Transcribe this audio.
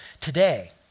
today